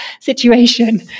situation